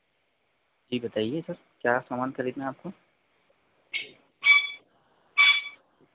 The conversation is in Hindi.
जी बताइए सर क्या सामान खरीदना है आपको